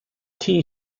tea